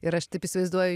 ir aš taip įsivaizduoju